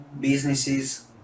businesses